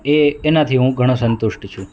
એ એનાથી હું ઘણો સંતુષ્ટ છું